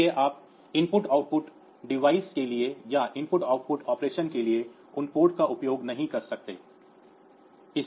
इसलिए आप IO device के लिए या IO ऑपरेशन के लिए उन पोर्ट का उपयोग नहीं कर सकते